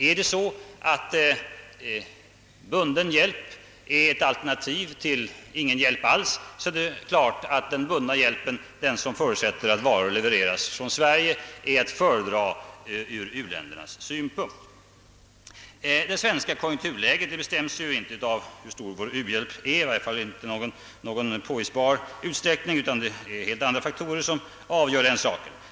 Om bunden hjälp är ett alternativ till ingen hjälp alls, är det klart att den bundna hjälpen, som förutsätter att varor levereras från Sverige, är att föredra ur u-ländernas synpunkt. Det svenska konjunkturläget bestämmes inte av hur stor vår u-hjälp är — i varje fall inte i någon påvisbar utsträckning — utan det är helt andra faktorer som avgör den saken.